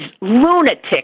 lunatic